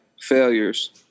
failures